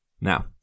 Now